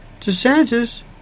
DeSantis